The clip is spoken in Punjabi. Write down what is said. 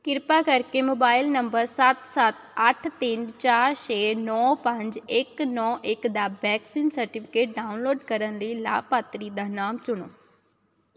ਕਿਰਪਾ ਕਰਕੇ ਮੋਬਾਇਲ ਨੰਬਰ ਸੱਤ ਸੱਤ ਅੱਠ ਤਿੰਨ ਚਾਰ ਛੇ ਨੌ ਪੰਜ ਇੱਕ ਨੌ ਇੱਕ ਦਾ ਵੈਕਸੀਨ ਸਰਟੀਫਿਕੇਟ ਡਾਊਨਲੋਡ ਕਰਨ ਲਈ ਲਾਭਪਾਤਰੀ ਦਾ ਨਾਮ ਚੁਣੋ